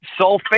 Sulfate